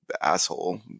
asshole